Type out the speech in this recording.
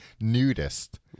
Nudist